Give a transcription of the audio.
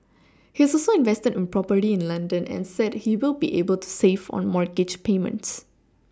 he has also invested in property in London and said he will be able to save on mortgage payments